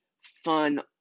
fun